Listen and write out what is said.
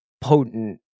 potent